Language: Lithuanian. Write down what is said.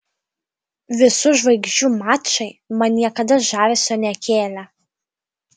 visų žvaigždžių mačai man niekada žavesio nekėlė